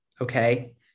okay